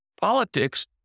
Politics